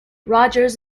rogers